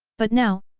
but now,